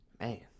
Man